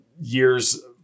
years